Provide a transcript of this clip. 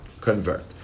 convert